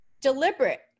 deliberate